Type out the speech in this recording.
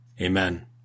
Amen